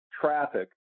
traffic